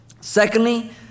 Secondly